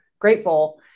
grateful